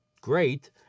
great